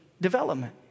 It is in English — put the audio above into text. development